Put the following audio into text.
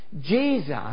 Jesus